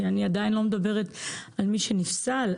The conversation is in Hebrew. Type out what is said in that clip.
אני עדיין לא מדברת על מי שנפסל,